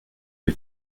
des